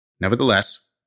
Nevertheless